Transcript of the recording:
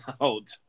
out